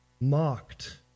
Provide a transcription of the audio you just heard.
Mocked